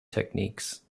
techniques